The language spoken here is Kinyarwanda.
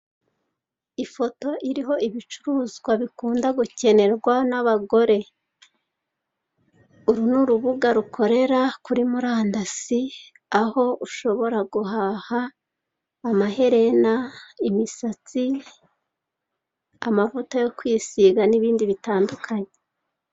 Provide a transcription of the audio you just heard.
Ifoto iriho ibicuruzwa bikunda gukenerwa n'abagore. Uru ni urubuga rukorera kuri murandasi aho ushobora guhaha amaherena, imisatsi, amavuta yo kwisiga, n'ibindi bitandukanye.